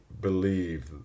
believe